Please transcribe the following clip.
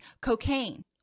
cocaine